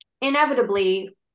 inevitably